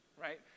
right